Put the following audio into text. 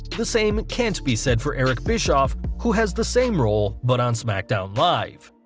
the same can't be said for eric bischoff, who has the same role but on smackdown live.